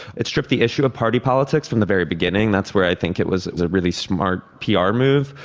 it stripped the issue of party politics from the very beginning, that's where i think it was a really smart pr move,